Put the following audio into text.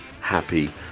happy